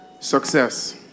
success